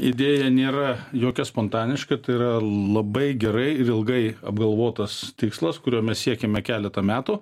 idėja nėra jokia spontaniška tai yra labai gerai ir ilgai apgalvotas tikslas kurio mes siekiame keletą metų